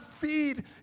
feed